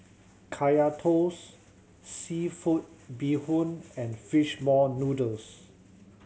Kaya Toast seafood bee hoon and fish ball noodles